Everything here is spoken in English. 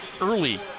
early